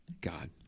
God